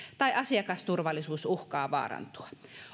tai asiakasturvallisuus uhkaa vaarantua